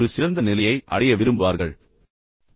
அவர்கள் ஒரு சிறந்த நிலையை அடைய முயற்சிக்க விரும்புவார்கள்